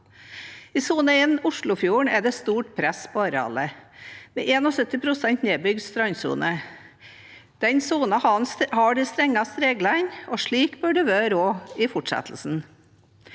I sone 1, Oslofjordregionen, er det stort press på arealet, med 71 pst. nedbygd strandsone. Den sonen har de strengeste reglene, og slik bør det også være i fortsettelsen.